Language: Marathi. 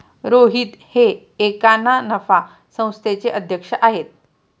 रोहित हे एका ना नफा संस्थेचे अध्यक्ष आहेत